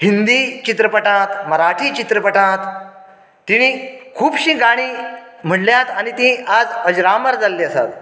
हिंदी चित्रपटांत मराठी चित्रपटांत तिणी खुबशीं गाणीं म्हणल्यांत आनी तीं आयज अज्रांवर जाल्ली आसात